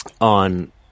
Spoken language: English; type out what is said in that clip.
on